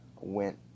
went